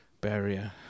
barrier